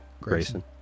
Grayson